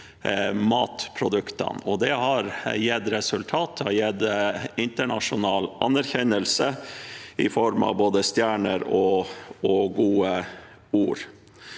Det har gitt resultater og internasjonal anerkjennelse i form av både stjerner og gode ord.